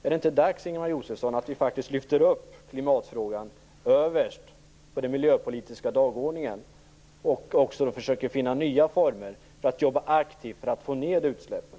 Är det inte dags, Ingmar Josefsson, att vi faktiskt lyfter upp klimatfrågan och sätter den överst på den miljöpolitiska dagordningen? Är det inte dags att vi försöker finna nya former för att jobba aktivt med att få ned utsläppen?